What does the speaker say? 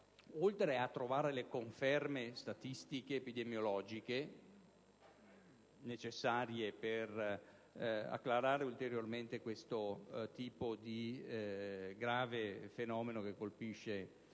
oltre a trovare le conferme in statistiche epidemiologiche, necessarie ad acclarare ulteriormente questo grave fenomeno che ha colpito